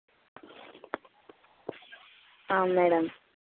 madam